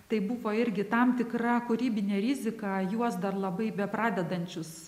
tai buvo irgi tam tikra kūrybinė rizika juos dar labai bepradedančius